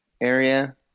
area